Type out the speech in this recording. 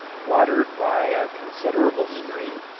watered by a considerable stream,